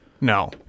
No